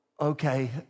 okay